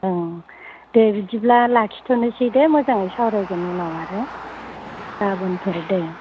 ओं दे बिदिब्ला लाखिथ'नोसै दे मोजाङै सावरायगोन उनाव आरो गाबोनफोर दे